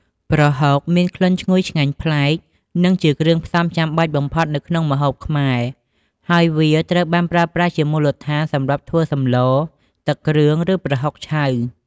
ប្រហុកមាន ក្លិនឈ្ងុយឆ្ងាញ់ប្លែក និងជាគ្រឿងផ្សំចាំបាច់បំផុតនៅក្នុងម្ហូបខ្មែរ ហើយវាត្រូវបានប្រើប្រាស់ជាមូលដ្ឋានសម្រាប់ធ្វើសម្លរ ទឹកគ្រឿង ឬប្រហុកឆៅ។